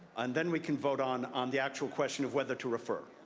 and then we can vote on on the actual question of whether to refer.